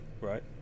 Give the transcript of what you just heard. Right